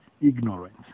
ignorance